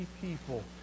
people